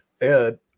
Ed